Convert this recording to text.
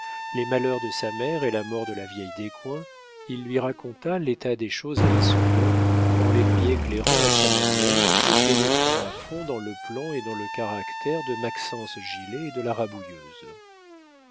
les malheurs de sa mère et la mort de la vieille descoings il lui raconta l'état des choses à issoudun en les lui éclairant à sa manière et pénétrant à fond dans le plan et dans le caractère de maxence gilet et de la rabouilleuse